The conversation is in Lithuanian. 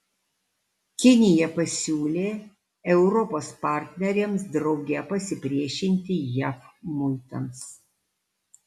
kinija pasiūlė europos partneriams drauge pasipriešinti jav muitams